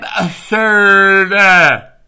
Absurd